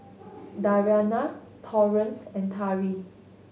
Dariana Torrance and Tari